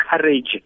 courage